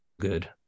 good